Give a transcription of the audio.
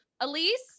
Elise